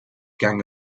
gang